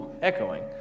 echoing